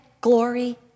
glory